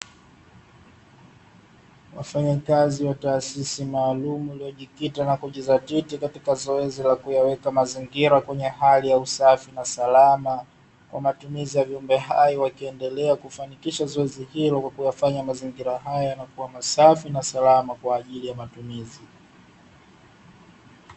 Wafanyakazi wa taasisi maalumu iliyojikita na kujizatiti katika zoezi la kuyaweka mazingira kwenye hali safi na salama kwa matumizi ya viumbe hai; wakiendelea kufanikisha zoezi hilo kwa kuyafanya mazingira hayo kuwa masafi na salama kwa ajili ya matumizi.